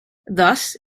thus